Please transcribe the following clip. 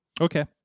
okay